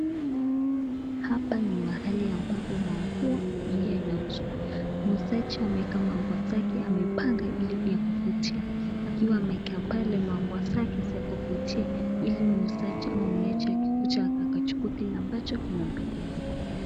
Hapa ni mahali ambapo manguo huwa inauzwa. Muuzaji amweka manguo zake amepanga ili pia kufutia akiwa ameeka manguo zake sako kutia, ili muuzaji ama mteja akikuja akachukua kile ambacho kinampendeza.